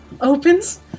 opens